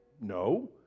no